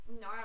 No